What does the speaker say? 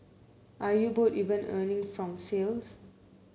are you both even earning from sales